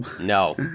No